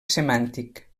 semàntic